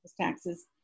taxes